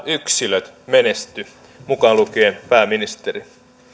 yksilöt menesty mukaan lukien pääministeri